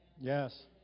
Yes